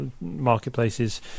marketplaces